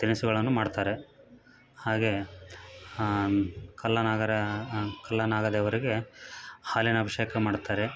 ತಿನಿಸುಗಳನ್ನು ಮಾಡ್ತಾರೆ ಹಾಗೆ ಕಲ್ಲನಾಗರ ಕಲ್ಲನಾಗದೇವರಿಗೆ ಹಾಲಿನ ಅಭಿಷೇಕ ಮಾಡ್ತಾರೆ